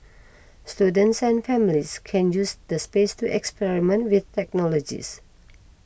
students and families can use the space to experiment with technologies